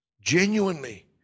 genuinely